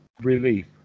relief